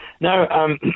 no